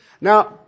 Now